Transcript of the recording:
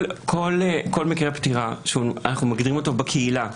כל מקרה פטירה שאנחנו מגדירים אותו בקהילה,